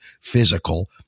physical